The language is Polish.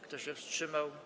Kto się wstrzymał?